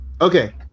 Okay